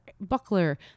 Buckler